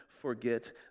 forget